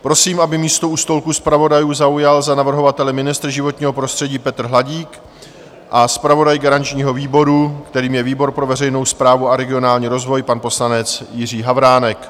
Prosím, aby místo u stolku zpravodajů zaujal za navrhovatele ministr životního prostředí Petr Hladík a zpravodaj garančního výboru, kterým je výbor pro veřejnou správu a regionální rozvoj, pan poslanec Jiří Havránek.